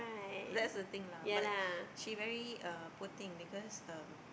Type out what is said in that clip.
that's the thing lah but she very uh poor thing because um